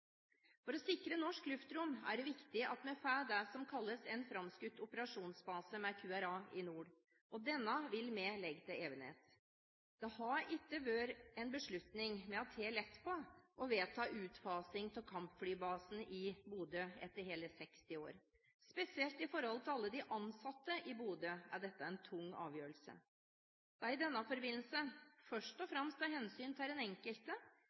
For å sikre norsk luftrom er det viktig at vi får det som kalles en framskutt operasjonsbase med QRA, Quick Reaction Alert, i nord, og denne vil vi legge til Evenes. Å vedta utfasing av kampflybasen i Bodø etter hele 60 år har ikke vært en beslutning som vi har tatt lett på. Spesielt i forhold til alle de ansatte i Bodø er dette en tung avgjørelse. I den forbindelse er det viktig – først og fremst av hensyn til den enkelte,